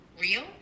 real